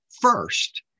first